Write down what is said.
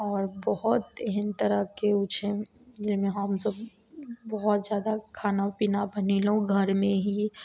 आओर बहुत एहन तरहके उ छै जाहिमे हमसब बहुत जादा खानो पीना बनेलहुँ घरमे ही